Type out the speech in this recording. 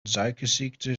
suikerziekte